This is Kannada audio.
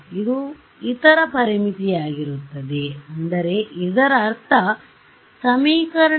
ಇದು ಇತರ ಪರಿಮಿತಿಯಾಗಿರುತ್ತದೆ ಅಂದರೆ ಇದರ ಅರ್ಥ ಸಮೀಕರಣ 3